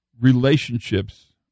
relationships